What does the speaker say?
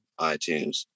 iTunes